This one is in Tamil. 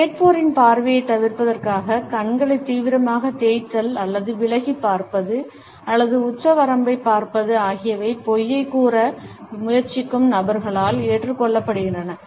கேட்போரின் பார்வையைத் தவிர்ப்பதற்காக கண்களைத் தீவிரமாகத் தேய்த்தல் அல்லது விலகிப் பார்ப்பது அல்லது உச்சவரம்பைப் பார்ப்பது ஆகியவை பொய்யைக் கூற முயற்சிக்கும் நபர்களால் ஏற்றுக்கொள்ளப்படுகின்றன